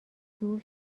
جور